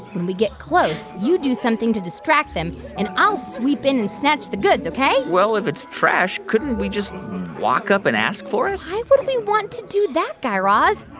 when we get close, you do something to distract them, and i'll sweep in and snatch the goods, ok? well, if it's trash, couldn't we just walk up and ask for it? why would we want to do that, guy raz?